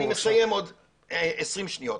אני מסיים עוד עשרים שניות.